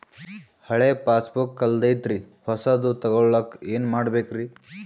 ಹಳೆ ಪಾಸ್ಬುಕ್ ಕಲ್ದೈತ್ರಿ ಹೊಸದ ತಗೊಳಕ್ ಏನ್ ಮಾಡ್ಬೇಕರಿ?